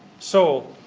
so,